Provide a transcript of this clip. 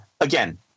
again